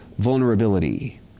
Vulnerability